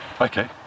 Okay